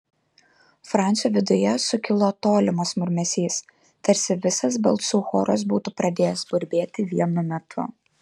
francio viduje sukilo tolimas murmesys tarsi visas balsų choras būtų pradėjęs burbėti vienu metu